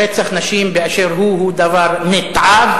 רצח נשים באשר הוא הוא דבר נתעב,